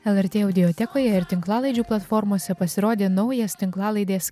lrt audiotekoje ir tinklalaidžių platformose pasirodė naujas tinklalaidės